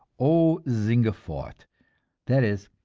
o singe fort that is,